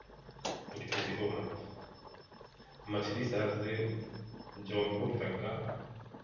कुछ पूँछो मत मछली शहर से जौंनपुर तक का